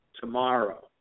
tomorrow